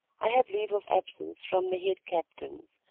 i have leave of absence from the head captains,